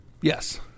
Yes